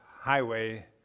highway